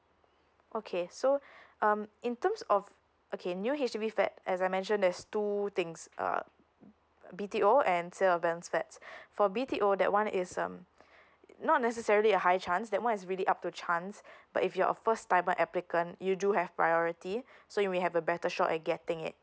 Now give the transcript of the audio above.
okay so um in terms of okay new H_D_B flat as I mention there's two things uh B_T_O and sale of balance flat for B_T_O that one is um not necessarily a high chance that one is really up two chance but if you're first timer applicant you do have priority so you may have a better shot at getting it